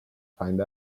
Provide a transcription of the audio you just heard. find